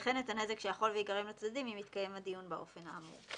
וכן את הנזק שיכול וייגרם לצדדים אם יתקיים הדיון באופן האמור.